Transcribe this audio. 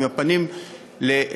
עם הפנים לציבור,